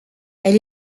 elle